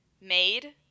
Made